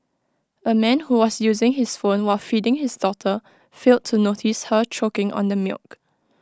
A man who was using his phone while feeding his daughter failed to notice her choking on the milk